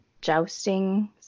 jousting